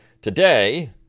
today